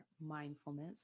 mindfulness